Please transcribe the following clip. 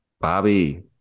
bobby